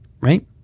right